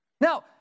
now